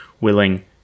willing